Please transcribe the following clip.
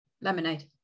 Lemonade